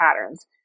patterns